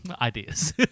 ideas